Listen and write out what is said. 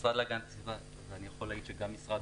המשרד להגנת הסביבה ואני יכול להגיד שגם משרד